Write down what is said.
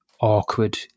awkward